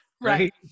Right